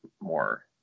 more